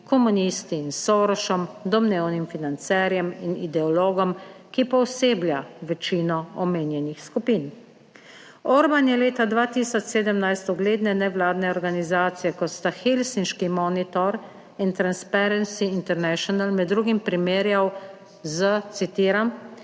komunisti in Sorosem, domnevnim financerjem in ideologom, ki pooseblja večino omenjenih skupin. Orban je leta 2017 ugledne nevladne organizacije, kot sta Helsinški monitor in Transparency International, med drugim primerjal s, citiram: